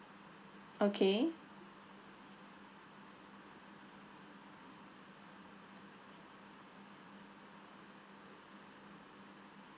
okay